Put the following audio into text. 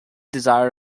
desire